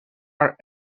are